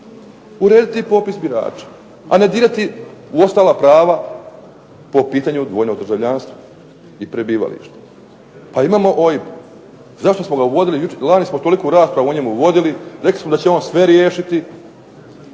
urediti popis birača a ne dirati u ostala prava po pitanju dvojnog državljanstva i prebivališta. Pa imamo OIB. Zašto smo ga uvodili. Lani smo toliku raspravu o njemu vodili, rekli smo da će on sve riješiti